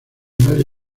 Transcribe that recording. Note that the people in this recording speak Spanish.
nadie